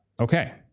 Okay